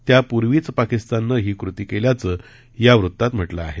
त्यापूर्वीच पाकिस्ताननं ही कृती केल्याचं या वृत्तात म्हा के आहे